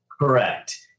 Correct